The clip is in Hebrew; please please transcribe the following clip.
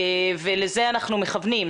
לזה אנחנו מכוונים.